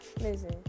listen